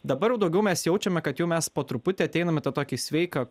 dabar jau daugiau mes jaučiame kad jau mes po truputį ateinam į tą tokį sveiką